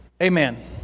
Amen